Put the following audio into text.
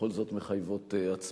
שתיים מהן בכל זאת מחייבות הצבעה.